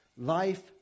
Life